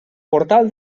portal